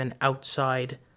outside